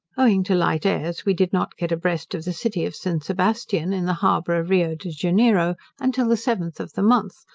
owing to light airs we did not get a-breast of the city of st. sebastian, in the harbour of rio de janeiro, until the seventh of the month,